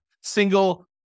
single